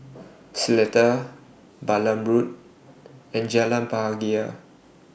Seletar Balam Road and Jalan Bahagia